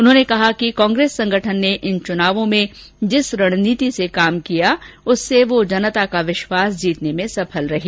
उन्होंने कहा कि कांग्रेस संगठन ने इन चुनावों में जिस रणनीति से काम किया उससे वह जनता का विश्वास जीतने में सफल रही